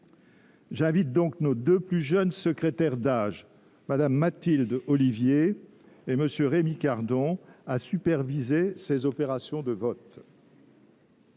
J’invite nos deux plus jeunes secrétaires d’âge, Mme Mathilde Ollivier et M. Rémi Cardon, à superviser les opérations de vote.